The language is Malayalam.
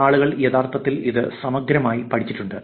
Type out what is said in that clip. ആളുകൾ യഥാർത്ഥത്തിൽ ഇത് സമഗ്രമായി പഠിച്ചിട്ടുണ്ട്